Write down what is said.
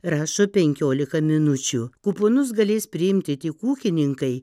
rašo penkiolika minučių kuponus galės priimti tik ūkininkai